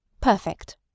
Perfect